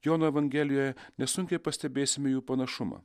jono evangelijoje nesunkiai pastebėsime jų panašumą